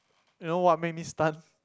you know what made me stunned